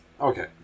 Okay